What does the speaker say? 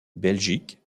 belgique